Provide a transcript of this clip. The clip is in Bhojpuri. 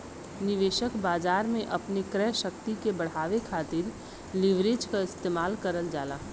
निवेशक बाजार में अपनी क्रय शक्ति के बढ़ावे खातिर लीवरेज क इस्तेमाल करल जाला